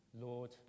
Lord